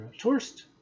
tourist